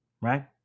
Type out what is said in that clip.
right